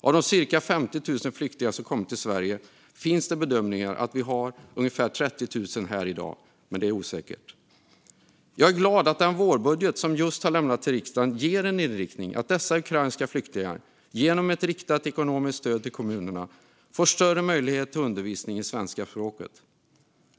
Av de cirka 50 000 flyktingar som kommit till Sverige bedöms ungefär 30 000 vara kvar, men det är osäkert. Jag är glad att den vårbudget som just har lämnats till riksdagen har som inriktning att dessa ukrainska flyktingar genom ett riktat ekonomiskt stöd till kommunerna får större möjlighet till undervisning i svenska språket.